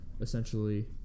essentially